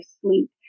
sleep